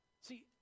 See